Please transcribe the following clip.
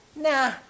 Nah